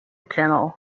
canal